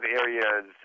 areas